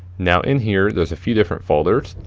now in here there's a few different folders.